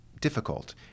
difficult